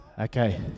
Okay